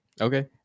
okay